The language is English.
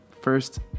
first